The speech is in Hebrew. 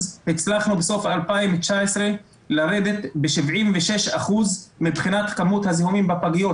והצלחנו בסוף 2019 לרדת ב-76% מבחינת כמות הזיהומים בפגיות,